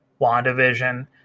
WandaVision